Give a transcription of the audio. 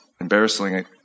embarrassingly